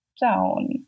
down